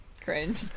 Cringe